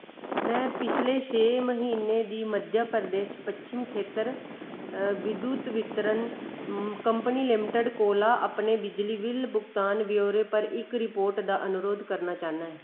में पिछले छे म्हीने दी मध्य प्रदेश पच्छम खेतर विद्युत वितरण कंपनी लिमिटड कोला अपने बिजली बिल भुगतान ब्यौरे पर इक रिपोर्ट दा अनुरोध करनां चाह्न्ना ऐं